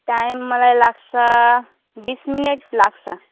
time मलाई लाग्छ बिस मिनट लाग्छ